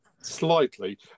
slightly